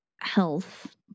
health